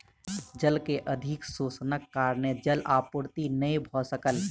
जल के अधिक शोषणक कारणेँ जल आपूर्ति नै भ सकल